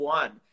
one